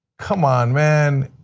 come on, man.